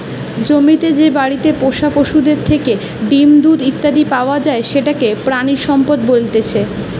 জমিতে যে বাড়িতে পোষা পশুদের থেকে ডিম, দুধ ইত্যাদি পাওয়া যায় সেটাকে প্রাণিসম্পদ বলতেছে